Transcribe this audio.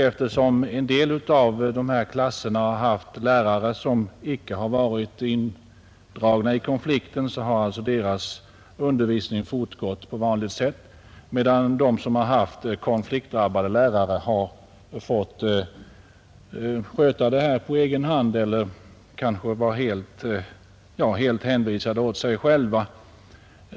Eftersom en del av dessa klasser har haft lärare som icke varit indragna i konflikten, har deras undervisning fortgått på vanligt sätt, medan de klasser som haft konfliktdrabbade lärare har fått sköta studierna på egen hand och kanske varit helt hänvisade åt sig själva.